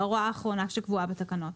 על ההוראה האחרונה שקבועה בתקנות.